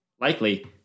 likely